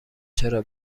چرا